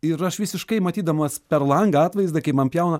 ir aš visiškai matydamas per langą atvaizdą kaip man pjauna